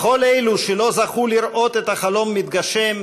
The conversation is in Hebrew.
לכל אלו שלא זכו לראות את החלום מתגשם,